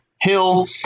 Hill